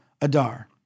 Adar